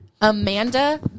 Amanda